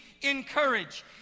Encourage